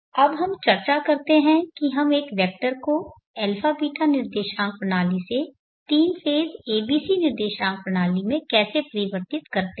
अब हम चर्चा करते हैं कि हम एक वेक्टर को αβ निर्देशांक से तीन फेज़ abc निर्देशांक प्रणाली में कैसे परिवर्तित करते हैं